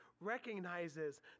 recognizes